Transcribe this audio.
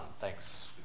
Thanks